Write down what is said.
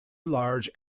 large